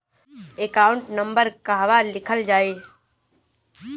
Account number कहवा लिखल जाइ?